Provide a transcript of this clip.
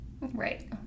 Right